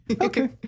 Okay